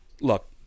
look